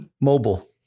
Mobile